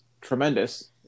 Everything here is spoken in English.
tremendous